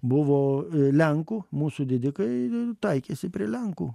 buvo lenkų mūsų didikai ir taikėsi prie lenkų